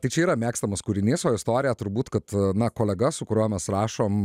tai čia yra mėgstamas kūrinys o istorija turbūt kad na kolega su kuriuo mes rašom